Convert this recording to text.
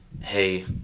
hey